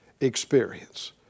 experience